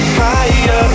higher